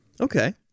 Okay